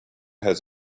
has